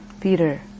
Peter